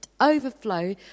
overflow